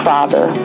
Father